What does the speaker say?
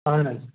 اَہن حظ